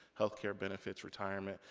health care benefits, retirement.